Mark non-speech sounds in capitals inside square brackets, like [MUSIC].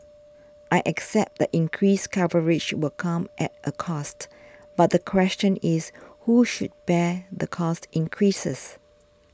[NOISE] I accept that increased coverage will come at a cost but the question is who should bear the cost increases